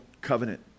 covenant